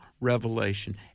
revelation